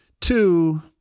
two